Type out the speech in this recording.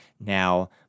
now